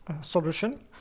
solution